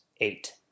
eight